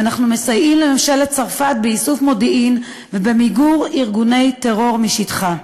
ואנחנו מסייעים לממשלת צרפת באיסוף מודיעין ובמיגור ארגוני טרור משטחה.